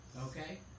okay